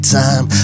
time